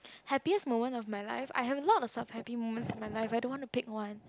happiest moment of my life I have lots of some happiest moment in my life leh I don't want to pick one